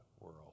World